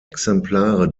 exemplare